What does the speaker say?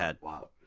Wow